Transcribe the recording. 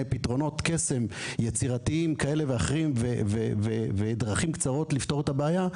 פתרונות קסם יצירתיים כאלה ואחרים ודרכים קצרות לפתור את הבעיה,